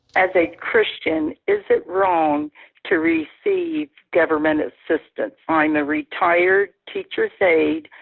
as a christian is it wrong to receive government assistance? i'm a retired teacher's aide.